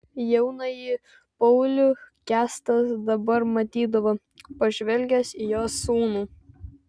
jaunąjį paulių kęstas dabar matydavo pažvelgęs į jo sūnus